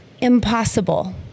impossible